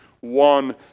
one